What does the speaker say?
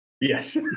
Yes